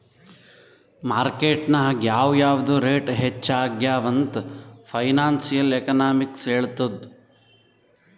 market ನಾಗ್ ಯಾವ್ ಯಾವ್ದು ರೇಟ್ ಹೆಚ್ಚ ಆಗ್ಯವ ಅಂತ್ ಫೈನಾನ್ಸಿಯಲ್ ಎಕನಾಮಿಕ್ಸ್ ಹೆಳ್ತುದ್